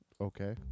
Okay